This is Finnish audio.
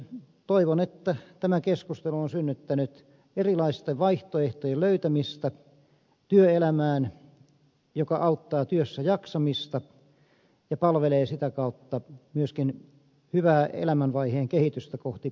toivon että tämä keskustelu on synnyttänyt työelämään erilaisten vaihtoehtojen löytämistä joka auttaa työssäjaksamista ja palvelee sitä kautta myöskin hyvää elämänvaiheen kehitystä kohti eläkevuosia